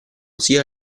sia